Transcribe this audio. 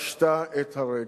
פשטה את הרגל.